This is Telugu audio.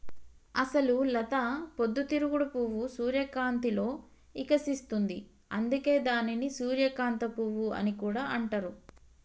అసలు లత పొద్దు తిరుగుడు పువ్వు సూర్యకాంతిలో ఇకసిస్తుంది, అందుకే దానిని సూర్యకాంత పువ్వు అని కూడా అంటారు